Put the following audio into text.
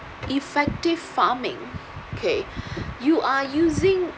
effective farming okay you are using